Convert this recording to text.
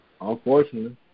Unfortunately